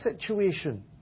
situation